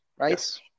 Right